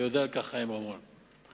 וחיים רמון יודע על כך.